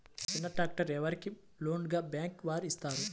చిన్న ట్రాక్టర్ ఎవరికి లోన్గా బ్యాంక్ వారు ఇస్తారు?